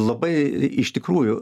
labai iš tikrųjų